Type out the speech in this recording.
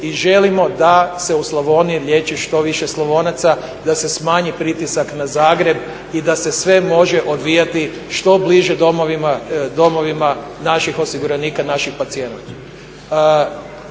i želimo da se u Slavoniji liječi što više Slavonaca, da se smanji pritisak na Zagreb i da se sve može odvijati što bliže domovima naših osiguranika, naših pacijenata.